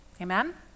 Amen